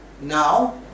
now